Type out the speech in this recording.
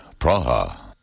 Praha